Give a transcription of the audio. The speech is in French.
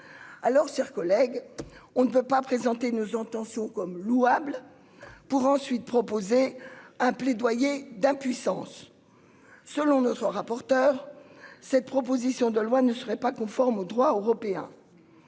Alors, Sir collègue. On ne peut pas présenter nos intentions comme louable pour ensuite proposer un plaidoyer d'impuissance. Selon notre rapporteur cette proposition de loi ne serait pas conforme au droit européen.